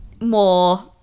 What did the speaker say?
more